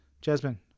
Jasmine